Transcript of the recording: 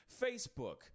Facebook